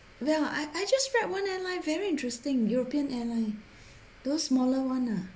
well I I just read one airline very interesting european airline those smaller one lah